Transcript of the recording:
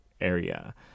area